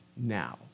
now